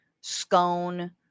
scone